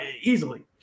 easily